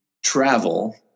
travel